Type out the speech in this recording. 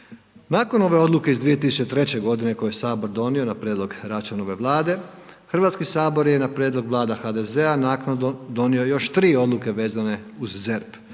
Nakon ove odluke iz 2003. godine koju je sabor donio na prijedlog Račanove vlade, Hrvatski sabor je na prijedlog vlada HDZ-a naknadno donio još 3 odluke vezane uz ZERP,